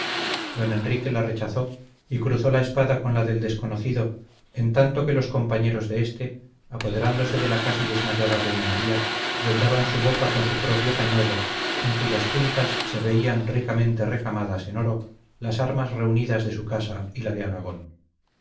don enrique la rechazó y cruzó la espada con la del desconocido en tanto que los compañeros de éste apoderándose de la casi desmayada doña maría vendaban su boca con su propio pañuelo en cuyas puntas se veían ricamente recamadas en oro las armas reunidas de su casa y la de aragón